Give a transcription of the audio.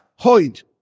Hoid